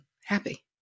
happy